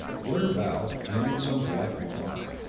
blair bowed, and made some polite reply.